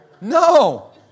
No